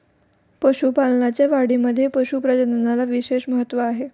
पशुपालनाच्या वाढीमध्ये पशु प्रजननाला विशेष महत्त्व आहे